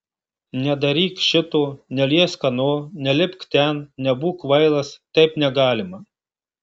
nedaryk šito neliesk ano nelipk ten nebūk kvailas taip negalima